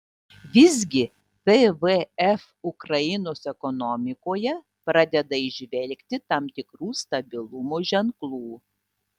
visgi tvf ukrainos ekonomikoje pradeda įžvelgti tam tikrų stabilumo ženklų